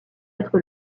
être